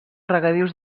regadius